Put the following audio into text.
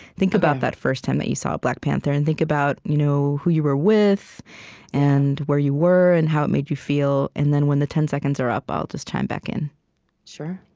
think about that first time that you saw black panther. and think about you know who you were with and where you were and how it made you feel. and then when the ten seconds are up, i'll just chime back in sure